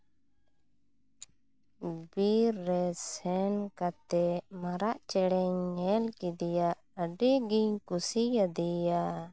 ᱵᱤᱨ ᱨᱮ ᱥᱮᱱ ᱠᱟᱛᱮᱫ ᱢᱟᱨᱟᱜ ᱪᱮᱬᱮᱧ ᱧᱮᱞ ᱠᱮᱫᱮᱭᱟ ᱟᱹᱰᱤᱜᱤᱧ ᱠᱩᱥᱤᱭᱟᱫᱮᱭᱟ